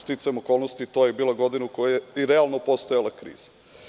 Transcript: Sticajem okolnosti, to je bila godina u kojoj je realno i postojala kriza.